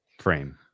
frame